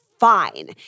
fine